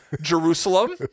Jerusalem